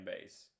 base